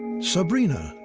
sabrina,